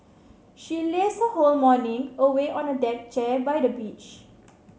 she lazed her whole morning away on a deck chair by the beach